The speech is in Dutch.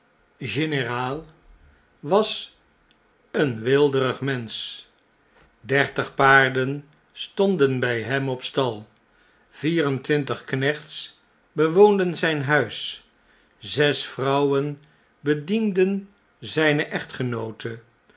was een weelderig mensch dertig paarden stonden bij hem op stal vier en twintig knechts bewoonden zjn huis zes vrouwen bedienden zjne echtgenoote